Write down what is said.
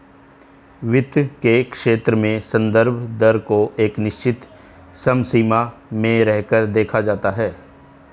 वित्त के क्षेत्र में संदर्भ दर को एक निश्चित समसीमा में रहकर देखा जाता है